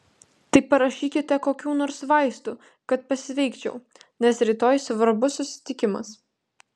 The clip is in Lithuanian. tai parašykite kokių nors vaistų kad pasveikčiau nes rytoj svarbus susitikimas